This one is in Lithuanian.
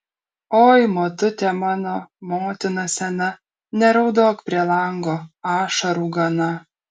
oi motute mano motina sena neraudok prie lango ašarų gana